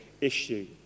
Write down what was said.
issue